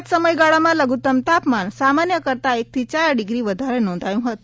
આજ સમયગાળામાં લઘુત્તમ તાપમાન સામાન્ય કરતાં એકથી ચાર ડિગ્રી વધારે નોંધાયું છે